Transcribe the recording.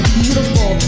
beautiful